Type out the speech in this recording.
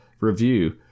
review